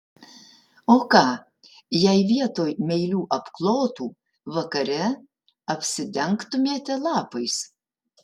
o ką jei vietoj meilių apklotų vakare apsidengtumėte lapais